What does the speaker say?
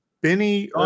Benny